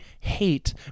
hate